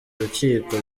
urukiko